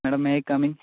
madam may I come in